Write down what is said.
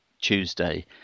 Tuesday